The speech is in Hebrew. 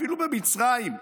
אפילו במצרים,